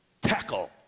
Tackle